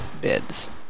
bids